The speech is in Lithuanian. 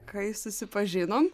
kai susipažinom